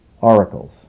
oracles